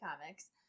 comics